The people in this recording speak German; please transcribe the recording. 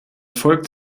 folgt